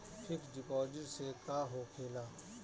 Fix deposit से का होखे ला?